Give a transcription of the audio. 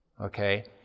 Okay